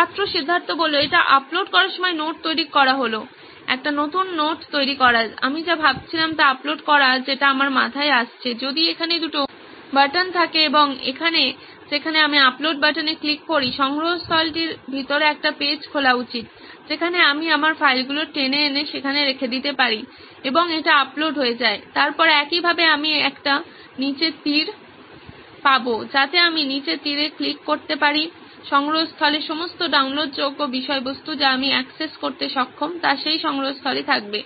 ছাত্র সিদ্ধার্থ এটি আপলোড করার সময় নোট তৈরি করা হলো একটি নতুন নোট তৈরি করা আমি যা ভাবছিলাম তা আপলোড করা যেটা আমার মাথায় আসছে যদি এখানে দুটি বাটন্ থাকে এবং এখানে যেখানে আমি আপলোড বাটনে ক্লিক করি সংগ্রহস্থলটির ভিতরে একটি পেজ খোলা উচিত যেখানে আমি আমার ফাইলগুলি টেনে এনে সেখানে রেখে দিতে পারি এবং এটি আপলোড হয়ে যায় তারপর একইভাবে আমি একটি নিচে তীর পাবো যাতে আমি নিচে তীরে ক্লিক করতে পারি সংগ্রহস্থলের সমস্ত ডাউনলোডযোগ্য বিষয়বস্তু যা আমি অ্যাক্সেস করতে সক্ষম তা সেই সংগ্রহস্থলে থাকবে